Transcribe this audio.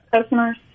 customers